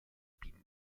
pinne